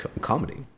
comedy